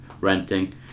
renting